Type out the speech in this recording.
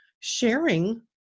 sharing